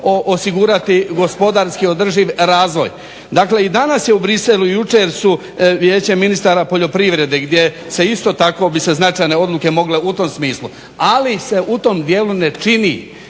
osigurati gospodarski održiv razvoj. Dakle i danas je u Bruxellesu i jučer su vijeće ministara poljoprivrede gdje se isto tako bi se značajne odluke mogle u tom smislu, ali se u tom dijelu ne čini.